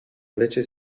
invece